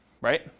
right